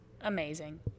amazing